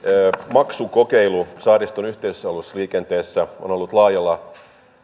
maksukokeilu saariston yhteisalusliikenteessä on ollut laajalla